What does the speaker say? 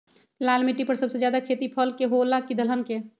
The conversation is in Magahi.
लाल मिट्टी पर सबसे ज्यादा खेती फल के होला की दलहन के?